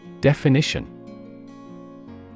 Definition